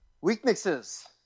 Weaknesses